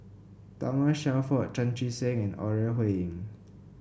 Thomas Shelford Chan Chee Seng and Ore Huiying